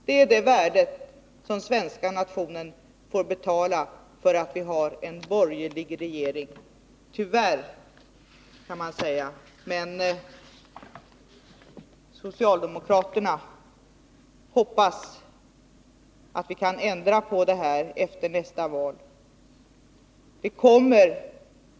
Det är värdet för den svenska nationen av att vi har en borgerlig regering — tyvärr, kan man säga. Vi socialdemokrater hoppas kunna ändra på detta efter nästa val.